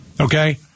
Okay